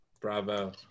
Bravo